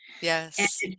Yes